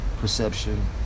Perception